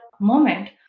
moment